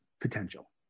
potential